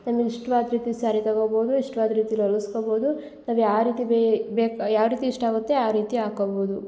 ನಮಗೆ ಇಷ್ಟವಾದ ರೀತಿ ಸ್ಯಾರಿ ತಗೊಬೋದು ಇಷ್ಟವಾದ ರೀತಿಲಿ ಹೊಲಿಸ್ಕೊಬೋದು ಅದು ಯಾವ ರೀತಿ ಬೇಕು ಯಾವ ರೀತಿ ಇಷ್ಟ ಆಗುತ್ತೆ ಆ ರೀತಿ ಆಕೊಬೋದು